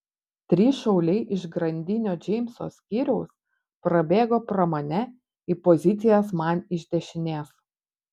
trys šauliai iš grandinio džeimso skyriaus prabėgo pro mane į pozicijas man iš dešinės